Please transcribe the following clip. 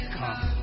come